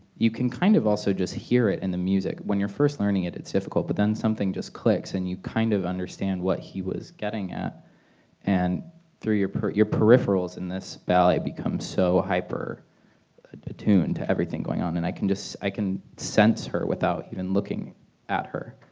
you can kind of also just hear it in the music when you're first learning it it's difficult but then something just clicks and you kind of understand what he was getting at and through your peripherals in this ballet becomes so hyper attuned to everything going on and i can just i can sense her without even looking at her.